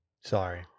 Sorry